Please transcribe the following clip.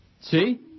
See